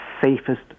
safest